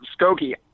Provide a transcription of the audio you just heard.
Skokie